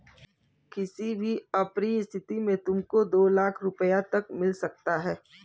किसी भी अप्रिय स्थिति में तुमको दो लाख़ रूपया तक मिल सकता है